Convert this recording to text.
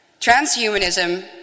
Transhumanism